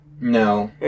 No